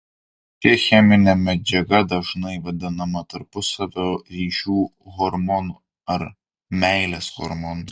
ši cheminė medžiaga dažnai vadinama tarpusavio ryšių hormonu ar meilės hormonu